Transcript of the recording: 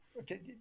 Okay